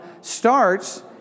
starts